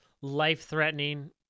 life-threatening